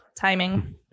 timing